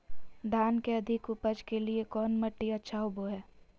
धान के अधिक उपज के लिऐ कौन मट्टी अच्छा होबो है?